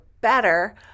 better